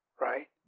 right